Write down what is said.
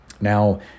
Now